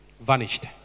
vanished